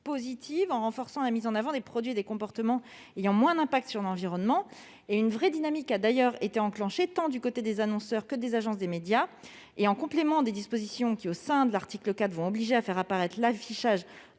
en renforçant la mise en avant des produits et des comportements ayant moins d'impact sur l'environnement. Une vraie dynamique s'est d'ailleurs enclenchée, du côté des annonceurs comme des agences de médias. En complément des dispositions qui, au sein de l'article 4, vont rendre obligatoire l'affichage